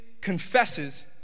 confesses